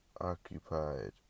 occupied